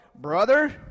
Brother